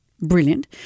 Brilliant